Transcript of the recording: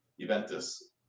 Juventus